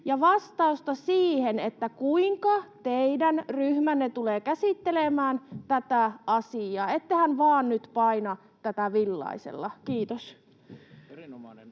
vastausta siihen, kuinka teidän ryhmänne tulee käsittelemään tätä asiaa. Ettehän vain nyt paina tätä villaisella? — Kiitos.